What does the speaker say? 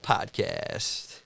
Podcast